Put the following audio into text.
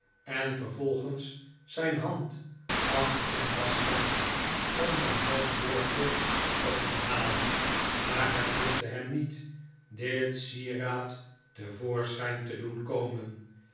en vervolgens zijn hand achter zijn das stak om zijn halsboordje op te halen maar het lukte hem niet dit sieraad te voorschijn te doen komen